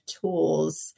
tools